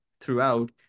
throughout